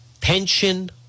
pension